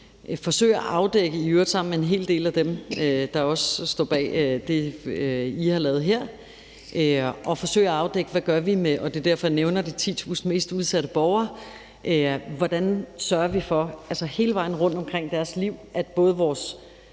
forsøge at afdække – i øvrigt sammen med en hel del af dem, der også står bag det, I har lavet her, og det er derfor, jeg nævner de 10.000 mest udsatte borgere – hvordan vi sørger for at komme hele vejen rundt omkring deres liv, så både vores